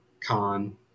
con